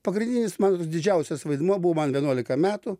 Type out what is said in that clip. pagrindinis mano didžiausias vaidmuo buvo man vienuolika metų